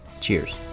Cheers